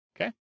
Okay